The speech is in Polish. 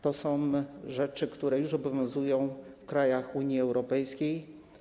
To są regulacje, które już obowiązują w krajach Unii Europejskiej.